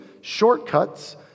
shortcuts